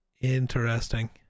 Interesting